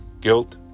guilt